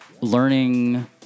learning